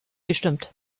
gestimmt